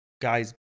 guys